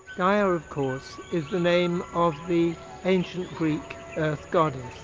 gaia of course is the name of the ancient greek earth goddess,